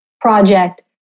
project